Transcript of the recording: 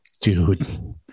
Dude